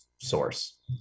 source